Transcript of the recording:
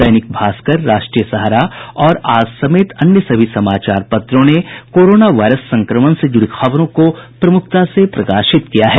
दैनिक भास्कर राष्ट्रीय सहारा और आज समेत अन्य सभी समाचार पत्रों ने कोरोना वायरस संक्रमण से जुड़ी खबरों को प्रमुखता से प्रकाशित किया है